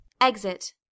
Exit